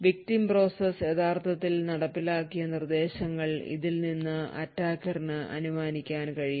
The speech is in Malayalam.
victim പ്രോസസ്സ് യഥാർത്ഥത്തിൽ നടപ്പിലാക്കിയ നിർദ്ദേശങ്ങൾ ഇതിൽ നിന്ന് attacker നു അനുമാനിക്കാൻ കഴിയും